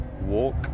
walk